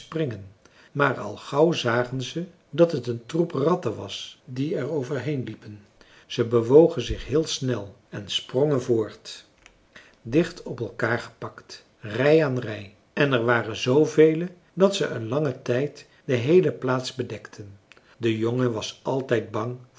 maar al gauw zagen ze dat het een troep ratten was die er over heen liepen ze bewogen zich heel snel en sprongen voort dicht op elkaar gepakt rij aan rij en er waren zoovele dat ze een langen tijd de heele plaats bedekten de jongen was altijd bang